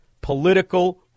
political